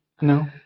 No